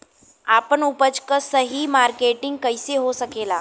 आपन उपज क सही मार्केटिंग कइसे हो सकेला?